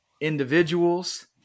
individuals